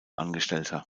angestellter